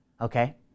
okay